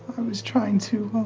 was trying to